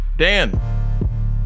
Dan